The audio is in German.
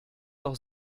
doch